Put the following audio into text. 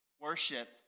Worship